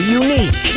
unique